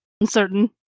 uncertain